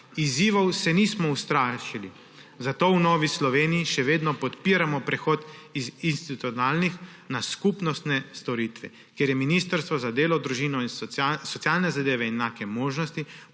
Izzivov se nismo ustrašili, zato v Novi Sloveniji še vedno podpiramo prehod z institucionalnih na skupnostne storitve, kjer je Ministrstvo za delo, družino, socialne zadeve in enake možnosti